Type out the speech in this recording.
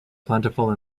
plentiful